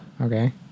Okay